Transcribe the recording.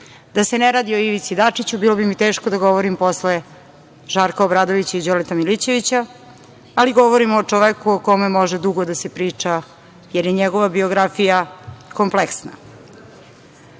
Da se ne radi o Ivici Dačiću, bilo bi mi teško da govorim posle Žarka Obradovića i Đoleta Milićevića, ali govorimo o čoveku o kome može dugo da se priča, jer je njegova biografija kompleksna. Čuli